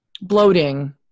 bloating